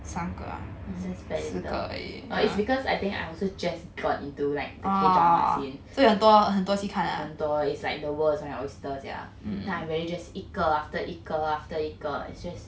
that's very little oh it's because I think I also just got into like the K drama scene 很多 it's like the world is an oyster 这样 then I really just 一个 after 一个 after 一个 it's just